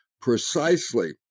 precisely